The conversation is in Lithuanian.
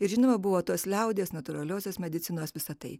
ir žinoma buvo tos liaudies natūraliosios medicinos visa tai